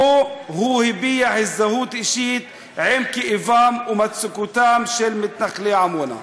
שבו הוא הביע הזדהות אישית עם כאבם ומצוקתם של מתנחלי עמונה.